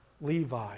Levi